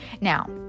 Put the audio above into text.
now